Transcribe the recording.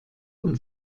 und